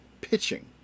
pitching